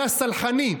היה סלחני: